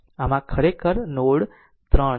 આમ આ ખરેખર આ નોડ 3 છે